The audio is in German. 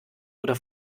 oder